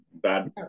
Bad